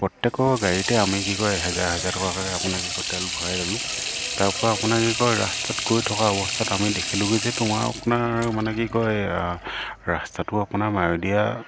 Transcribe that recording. প্ৰত্যেকৰ গাড়ীতে আমি কি কয় এহেজাৰ এহেজাৰ টকাকৈ আপোনাক কি কয় তেল ভৰাই ল'লোঁ তাৰপৰা আপোনাৰ কি কয় ৰাস্তাত গৈ থকা অৱস্থাত আমি দেখিলোঁগৈ যে তোমাৰ আপোনাৰ মানে কি কয় ৰাস্তাটো আপোনাৰ মায়'দিয়া